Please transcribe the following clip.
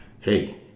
hey